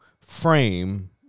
frame